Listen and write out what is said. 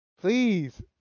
Please